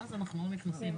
והכסף לא עובר דרכו.